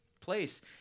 place